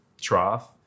trough